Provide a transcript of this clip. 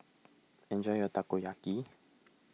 enjoy your Takoyaki